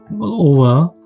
over